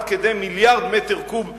עד כדי מיליארד מטר קוב בשנה,